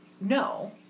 No